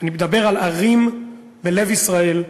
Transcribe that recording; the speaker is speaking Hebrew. אני מדבר על ערים בלב ישראל,